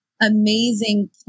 amazing